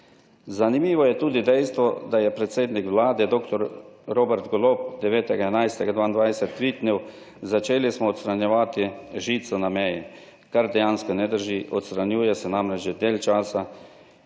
Zanimivo je tudi dejstvo, da je predsednik Vlade, dr. Robert Golob, 9. 11. 2022 tvitnil, začeli smo odstranjevati žico na meji, kar dejansko ne drži. Odstranjuje se namreč že dlje časa